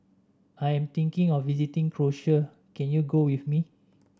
I am thinking of visiting Croatia can you go with me